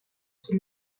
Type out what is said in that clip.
qui